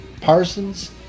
Parsons